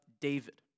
David